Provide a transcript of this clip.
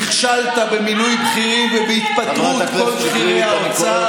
נכשלת במינוי בכירים ובהתפטרות כל בכירי האוצר.